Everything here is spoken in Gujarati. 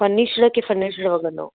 ફર્નિશડ કે ફર્નિશડ વગરનો